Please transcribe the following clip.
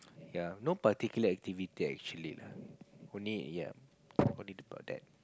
yea no particular activity actually only only about that